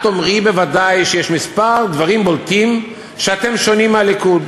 את תאמרי בוודאי שיש כמה דברים בולטים שאתם שונים בהם מהליכוד.